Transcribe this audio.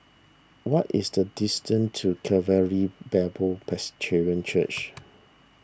what is the distance to Calvary Bible Presbyterian Church